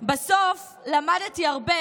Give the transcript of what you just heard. בסוף למדתי הרבה